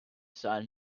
sun